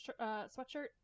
sweatshirt